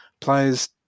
players